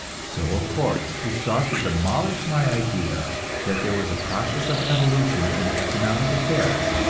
so, of course, he sought to demolish my idea that there was a process of evolution in economic affairs,